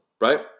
right